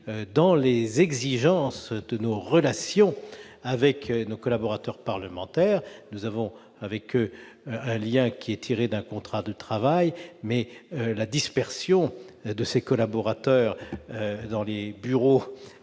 dans les exigences de nos relations avec nos collaborateurs parlementaires. Nous avons avec eux un lien tiré d'un contrat de travail, mais la dispersion de ces collaborateurs dans les bureaux